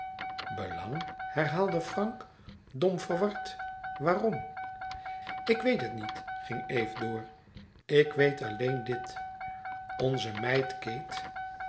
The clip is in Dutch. belang herhaalde frank dom verward waarom ik weet het niet ging eve door ik weet alleen dit onze meid kate